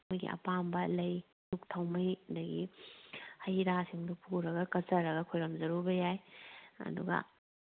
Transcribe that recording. ꯃꯈꯣꯏꯒꯤ ꯑꯄꯥꯝꯕ ꯂꯩ ꯗꯨꯛ ꯊꯥꯎꯃꯩ ꯑꯗꯒꯤ ꯍꯩꯔꯥꯁꯤꯡꯗꯨ ꯄꯨꯔꯒ ꯀꯠꯆꯔꯒ ꯈꯣꯏꯔꯝꯖꯔꯨꯕ ꯌꯥꯏ ꯑꯗꯨꯒ